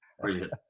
Brilliant